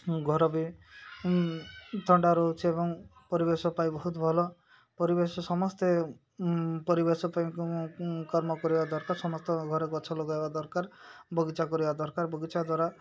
ଘର ବି ଥଣ୍ଡା ରହୁଛି ଏବଂ ପରିବେଶ ପାଇଁ ବହୁତ ଭଲ ପରିବେଶ ସମସ୍ତେ ପରିବେଶ ପାଇଁ କର୍ମ କରିବା ଦରକାର ସମସ୍ତ ଘରେ ଗଛ ଲଗାଇବା ଦରକାର ବଗିଚା କରିବା ଦରକାର ବଗିଚା ଦ୍ୱାରା